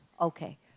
Okay